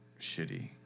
shitty